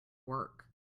work